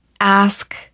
ask